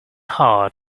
heart